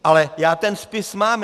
Ale já ten spis mám.